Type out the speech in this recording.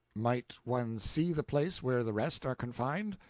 might one see the place where the rest are confined?